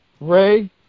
Ray